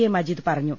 A Majeed പറഞ്ഞു